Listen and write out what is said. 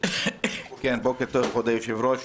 בוקר טוב, כבוד היושב-ראש,